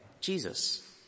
Jesus